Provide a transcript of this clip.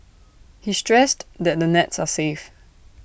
he stressed that the nets are safe